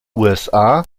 usa